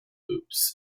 loops